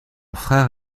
frère